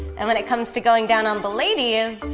and when it comes to going down on the ladies,